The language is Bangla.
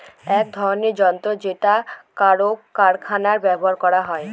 এক ধরনের যন্ত্র যেটা কারখানায় ব্যবহার করা হয়